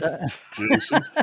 Jason